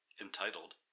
entitled